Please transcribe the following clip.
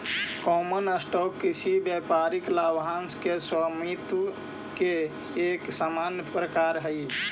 common stock किसी व्यापारिक लाभांश के स्वामित्व के एक सामान्य प्रकार हइ